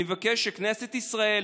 אני מבקש שכנסת ישראל,